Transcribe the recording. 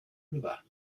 river